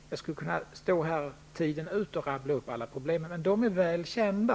Jag skulle kunna stå här och rabbla upp alla problem, men de är väl kända.